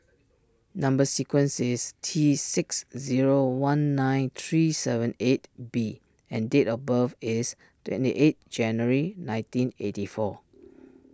Number Sequence is T six zero one nine three seven eight B and date of birth is twenty eight January nineteen eighty four